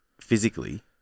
physically